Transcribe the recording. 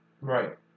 Right